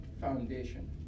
foundation